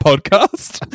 Podcast